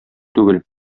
түгел